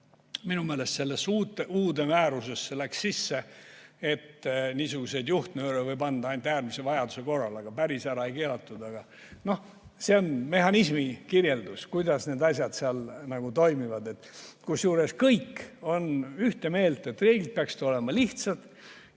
minu meelest sellesse uude määrusesse sisse, et niisuguseid juhtnööre võib anda ainult äärmise vajaduse korral, aga päris ära ei keelatud. See on mehhanismi kirjeldus, kuidas need asjad seal toimivad. Kusjuures kõik on ühte meelt, et reeglid peaksid olema lihtsad,